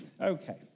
Okay